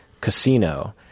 casino